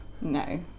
No